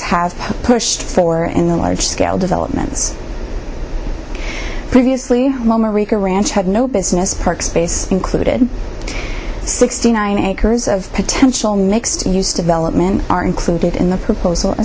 has pushed for and large scale developments previously moment reeker ranch had no business park space included sixty nine acres of potential mixed use development are included in the proposal